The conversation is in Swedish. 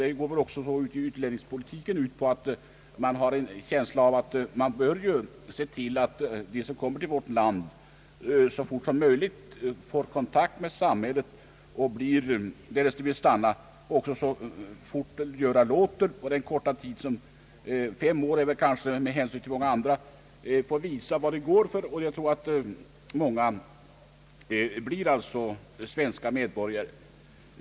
Man har en känsla av att utlänningspolitiken också går ut på att se till att de som kommer till vårt land så fort som möjligt får kontakt med samhället därest de vill stanna. På den korta tid som fem år utgör får de tillfälle att visa vad de går för, och många blir svenska medborgare.